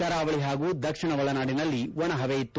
ಕರಾವಳಿ ಹಾಗೂ ದಕ್ಷಿಣ ಒಳನಾಡಿನಲ್ಲಿ ಒಣಹವೆ ಇತ್ತು